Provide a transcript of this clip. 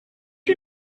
you